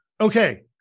Okay